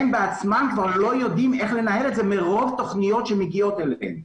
הן בעצמן כבר לא יודעות איך לנהל את זה מרוב תכניות שמגיעות אליהן.